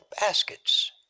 baskets